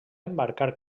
embarcar